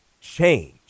change